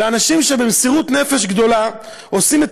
לאנשים שבמסירות נפש גדולה עושים את